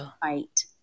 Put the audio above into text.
Fight